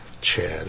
Chad